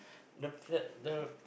the pl~ the